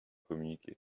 communiquer